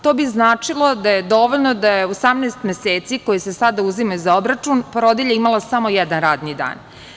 To bi značilo da je dovoljno da je u 18 meseci koji se sada uzima za obračun porodilja imala samo jedan radni dan.